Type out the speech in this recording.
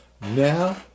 now